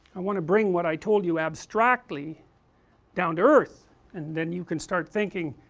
i want to bring what i told you abstractly down to earth and then you can start thinking,